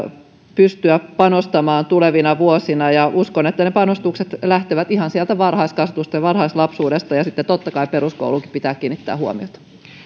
pystyä panostamaan tulevina vuosina uskon että ne panostukset lähtevät ihan sieltä varhaiskasvatuksesta varhaislapsuudesta ja sitten totta kai peruskouluunkin pitää kiinnittää huomiota